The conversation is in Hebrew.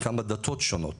מכמה דתות שונות